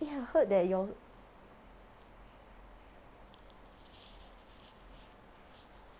eh I heard that your